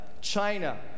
China